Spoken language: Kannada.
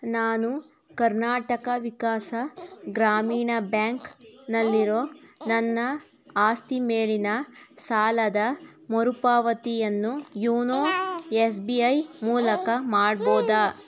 ನಾನು ಕರ್ನಾಟಕ ವಿಕಾಸ ಗ್ರಾಮೀಣ ಬ್ಯಾಂಕ್ನಲ್ಲಿರೋ ನನ್ನ ಆಸ್ತಿ ಮೇಲಿನ ಸಾಲದ ಮರುಪಾವತಿಯನ್ನು ಯೋನೋ ಎಸ್ ಬಿ ಐ ಮೂಲಕ ಮಾಡ್ಬೋದಾ